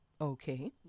Okay